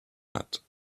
but